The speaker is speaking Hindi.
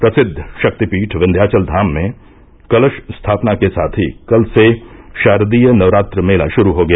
प्रसिद्व शक्तिपीठ विन्ध्याचलधाम में कलश स्थापना के साथ ही कल से शारदीय नवरात्र मेला शुरू हो गया